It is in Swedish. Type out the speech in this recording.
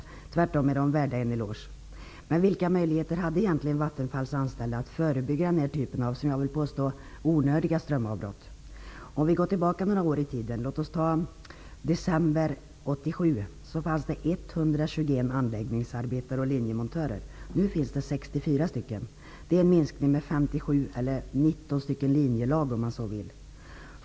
De är tvärtom värda en eloge. Vilka möjligheter har egentligen Vattenfalls anställda att förebygga den här typen av, som jag vill kalla dem, onödiga strömavbrott? Vi kan gå tillbaka några år i tiden. I december 1987 fanns det 121 anläggningsarbetare och linjemontörer. Nu finns det 64. Det är en minskning med 57 personer, eller 19 linjelag.